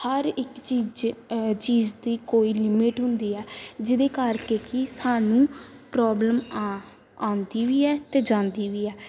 ਹਰ ਇੱਕ ਚੀਜ਼ ਚੀਜ਼ ਦੀ ਕੋਈ ਲਿਮਿਟ ਹੁੰਦੀ ਆ ਜਿਹਦੇ ਕਰਕੇ ਕਿ ਸਾਨੂੰ ਪ੍ਰੋਬਲਮਾਂ ਆ ਆਉਂਦੀ ਵੀ ਹੈ ਅਤੇ ਜਾਂਦੀ ਵੀ ਹੈ